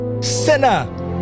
Sinner